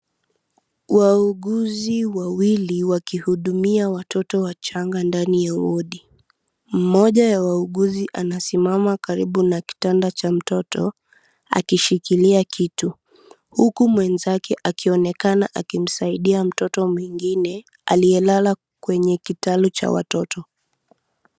Wauguzi wawili wakihudumia watoto watoto wachanga ndani ya wodi mmoja ya wauguzi ana simama karibu na kitanda cha mtoto akishikilia kitu. Huku mwenzake akionekana akimsaidia mtoto mwengine aliyelala kwenye kitalu cha watoto.